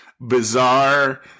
bizarre